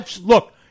Look